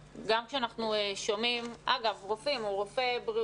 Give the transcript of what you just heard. אגב, הוא רופא.